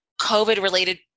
COVID-related